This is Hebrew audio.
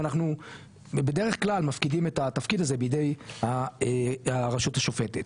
ואנחנו בדרך כלל מפקידים את התפקיד הזה בידי הרשות השופטת.